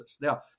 Now